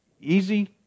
easy